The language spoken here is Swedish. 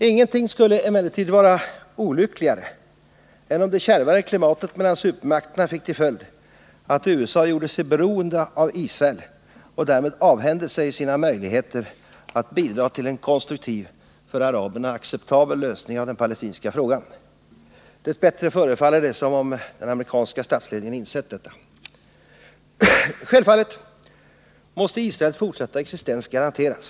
Ingenting skulle emellertid vara olyckligare än om det kärvare klimatet mellan supermakterna fick till följd att USA gjorde sig beroende av Israel och därmed avhände sig sina möjligheter att bidra till en konstruktiv, för araberna acceptabel lösning av den palestinska frågan. Dess bättre förefaller det som om den amerikanska statsledningen insett detta. Självfallet måste Israels fortsatta existens garanteras.